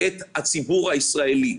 את הציבור הישראלי.